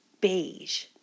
beige